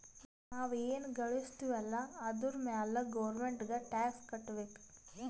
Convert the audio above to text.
ನಾವ್ ಎನ್ ಘಳುಸ್ತಿವ್ ಅಲ್ಲ ಅದುರ್ ಮ್ಯಾಲ ಗೌರ್ಮೆಂಟ್ಗ ಟ್ಯಾಕ್ಸ್ ಕಟ್ಟಬೇಕ್